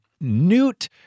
Newt